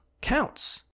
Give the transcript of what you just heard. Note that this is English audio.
counts